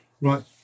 Right